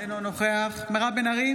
אינו נוכח קארין אלהרר,